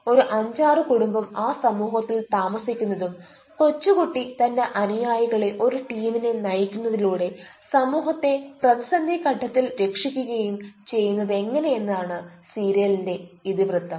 ഒരു അഞ്ചാറ് കുടുംബം ആ സമൂഹത്തിൽ താമസിക്കുന്നതും കൊച്ചുകുട്ടി തന്റെ അനുയായികളുടെ ഒരു ടീമിനെ നയിക്കുന്നതിലൂടെ സമൂഹത്തെ പ്രതിസന്ധി ഘട്ടത്തിൽ രക്ഷിക്കുകയും ചെയ്യുന്നത് എങ്ങനെ എന്നതാണ് സീരിയലിന്റെ ഇതിവൃത്തം